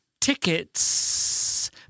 Tickets